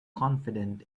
confident